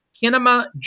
Kinema